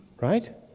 Right